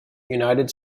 united